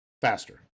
faster